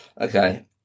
okay